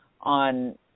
on